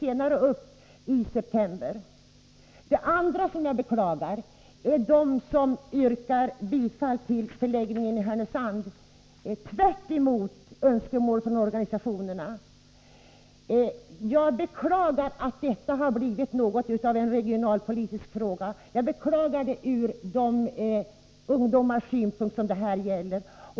De följdes sedan upp i september. Det andra som jag beklagar är att man yrkar bifall till en förläggning av gymnasiet till Härnösand — tvärtemot önskemålen från organisationerna. Jag beklagar att detta har blivit något av en regionalpolitisk fråga. Det gör jag från de ungdomars synpunkt som det gäller.